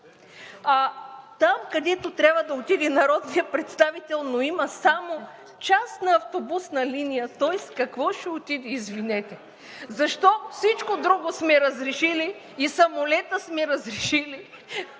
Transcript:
Там, където трябва да отиде народният представител, но има само частна автобусна линия, той с какво ще отиде, извинете? Защо всичко друго сме разрешили – и самолета сме разрешили,